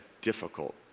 difficult